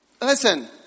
listen